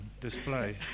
display